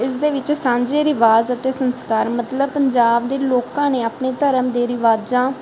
ਇਸ ਦੇ ਵਿੱਚ ਸਾਂਝੇ ਰਿਵਾਜ਼ ਅਤੇ ਸੰਸਕਾਰ ਮਤਲਬ ਪੰਜਾਬ ਦੇ ਲੋਕਾਂ ਨੇ ਆਪਣੇ ਧਰਮ ਦੇ ਰਿਵਾਜ਼ਾਂ